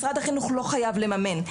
משרד החינוך לא חייב לממן,